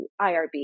IRB